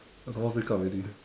then some more breakup already